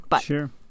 Sure